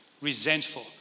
resentful